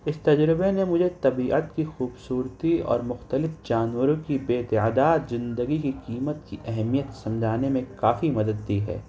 اس تجربے نے مجھے طبیعت کی خوبصورتی اور مختلف جانوروں کی بے تعداد زندگی کی قیمت کی اہمیت سمجھانے میں کافی مدد کی ہے